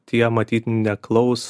tie matyt neklaus